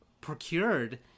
procured